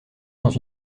dans